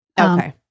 Okay